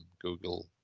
Google